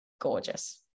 gorgeous